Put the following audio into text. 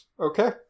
Okay